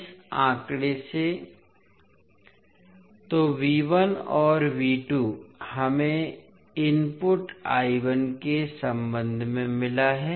इस आंकड़े से तो और हमें इनपुट के संबंध में मिला है